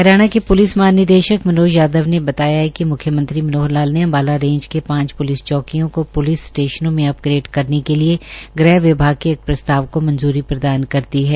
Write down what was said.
हरियाणा के पुलिस महानिदेशक मनोज यादव ने बताया है कि मुख्यमंत्री मनोहर लाल ने अंबाला रेंज के पांच पुलिस चोंकियों को पुलिस स्टेशनों में अपग्रेड करने के लिए गृह विभाग के एक प्रस्ताव को मंजूरी प्रदान कर दी है